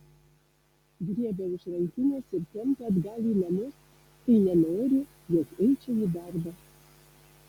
griebia už rankinės ir tempia atgal į namus kai nenori jog eičiau į darbą